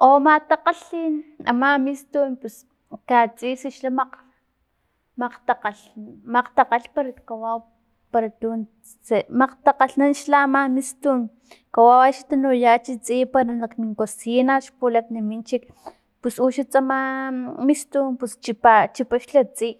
O ma takgalhin ama mistun pus katsis xla makg- makgtak- makgtakgal para kawau para tunse makgtakgalhnan ama xla mistun kawau axni tanuyach tsiy para kmin cosina xpulakni minchik pus uxa tsama mistun pus chipa chipa xla tsiy